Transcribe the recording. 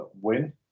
win